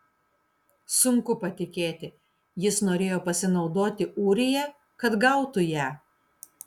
sunku patikėti jis norėjo pasinaudoti ūrija kad gautų ją